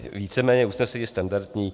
Víceméně usnesení je standardní.